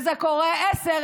וזה קורה 10,